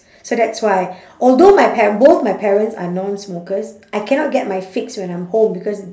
so that's why although my par~ both my parents are non smokers I cannot get my fix when I'm home because